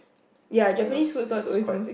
but it was is quite